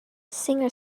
singer